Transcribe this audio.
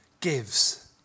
gives